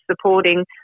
supporting